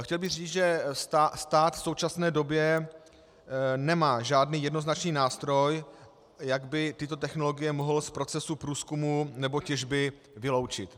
Chtěl bych říci, že stát v současné době nemá žádný jednoznačný nástroj, jak by tyto technologie mohl z procesu průzkumu nebo těžby vyloučit.